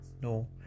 no